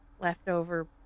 leftover